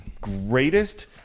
greatest